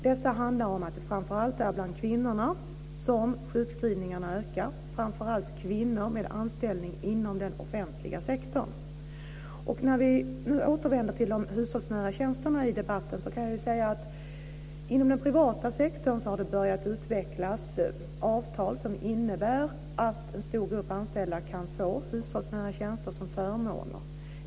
Dessa handlar om att det framför allt är bland kvinnorna som sjukskrivningarna ökar, framför allt kvinnor med anställning inom den offentliga sektorn. När vi nu återvänder till de hushållsnära tjänsterna i debatten kan jag säga att det inom den privata sektorn har börjat utvecklas avtal som innebär att en stor grupp anställda kan få hushållsnära tjänster utförda som förmåner.